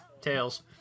Tails